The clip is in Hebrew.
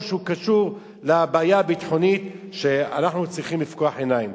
בעיה שלהם.